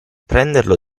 prenderlo